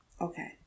Okay